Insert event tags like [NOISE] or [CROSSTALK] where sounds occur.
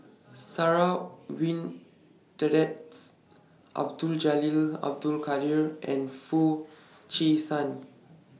Sarah [UNINTELLIGIBLE] Abdul Jalil Abdul Kadir and Foo Chee San